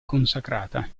consacrata